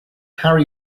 harry